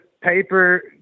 paper